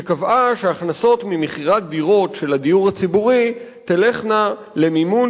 שקבעה שההכנסות ממכירת דירות של הדיור הציבורי תלכנה למימון